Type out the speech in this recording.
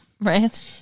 Right